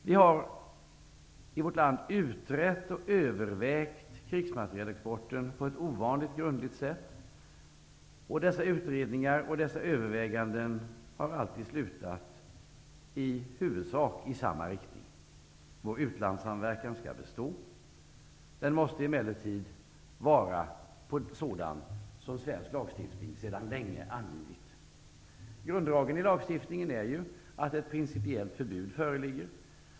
Vi har i vårt land utrett och övervägt krigsmaterielexporten på ett ovanligt grundligt sätt, och dessa utredningar och överväganden har alltid i huvudsak slutat på samma sätt: Vår utlandssamverkan skall bestå. Den måste emellertid vara sådan som angivits i svensk lagstiftning sedan länge. Grundlagen i lagstiftning är ju att ett principiellt förbud föreligger.